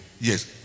Yes